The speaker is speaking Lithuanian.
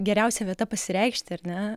geriausia vieta pasireikšti ar ne